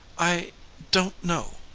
i don't know,